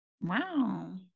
Wow